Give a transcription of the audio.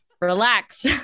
relax